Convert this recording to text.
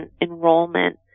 enrollment